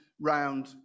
round